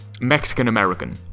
Mexican-American